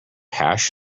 hash